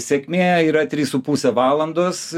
sėkmė yra trys su puse valandos